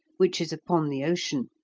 which is upon the ocean,